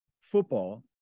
football